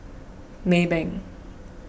Maybank